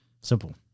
Simple